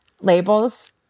labels